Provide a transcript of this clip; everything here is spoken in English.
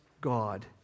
God